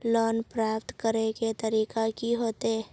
Loan प्राप्त करे के तरीका की होते?